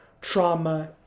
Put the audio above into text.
trauma